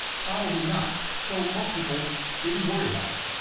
probably not, so most people didn't worry about it.